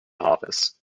office